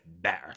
better